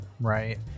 right